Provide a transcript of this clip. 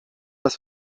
das